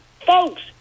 folks